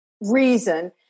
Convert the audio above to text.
reason